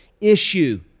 issue